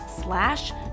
slash